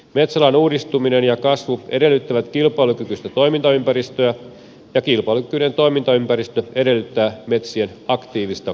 metsäalan uudistuminen ja kasvu edellyttävät kilpailukykyistä toimintaympäristöä ja kilpailukykyinen toimintaympäristö edellyttää metsien aktiivista hyödyntämistä